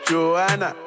Joanna